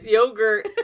Yogurt